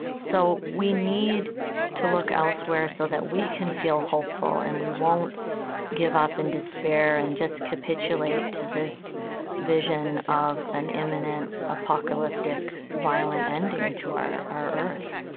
so we need to look elsewhere so that we can feel hopeful, and we won't give up in despair and just capitulate to this vision of an imminent apocalyptic violent ending to our our earth